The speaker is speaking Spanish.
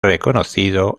reconocido